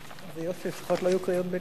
בקריאה ראשונה והועברה לוועדת החוקה,